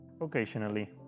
Occasionally